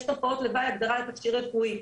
יש תופעות לוואי בהגדרה לתכשיר רפואי.